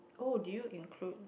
oh did you include